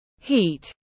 heat